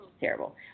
terrible